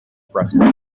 expressway